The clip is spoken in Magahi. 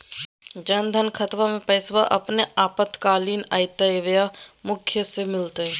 जन धन खाताबा में पैसबा अपने आपातकालीन आयते बोया मुखिया से मिलते?